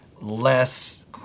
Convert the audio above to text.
less